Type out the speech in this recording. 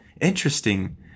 interesting